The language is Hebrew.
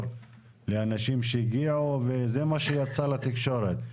לאנשים שהגיעו וזה מה שיצא לתקשורת.